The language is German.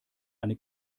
eine